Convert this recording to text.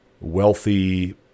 wealthy